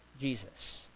Jesus